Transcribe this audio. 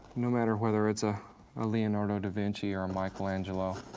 no matter whether it's a ah leonardo da vinci or micheal angelo